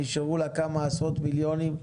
נשארו לה כמה עשרות מיליונים.